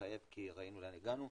ומתחייב כי ראינו לאן הגענו,